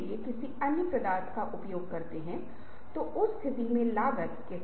भले ही हम विज्ञान को देख रहे हों हम ऐसी स्थिति पैदा करते हैं